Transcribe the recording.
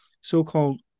so-called